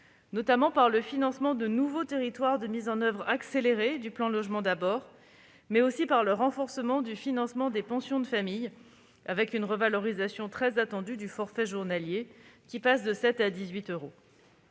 seulement par le financement de nouveaux territoires de mise en oeuvre accélérée du plan Logement d'abord, mais aussi par le renforcement du financement des pensions de famille, avec une revalorisation très attendue du forfait journalier. Ce dernier passe de 16 à 18 euros.